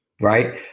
Right